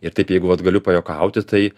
ir taip jeigu vat galiu pajuokauti tai